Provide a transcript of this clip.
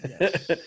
Yes